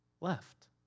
left